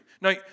Now